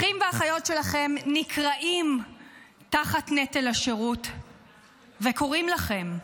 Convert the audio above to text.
אחים ואחיות שלכם נקרעים תחת נטל השירות וקוראים לכם.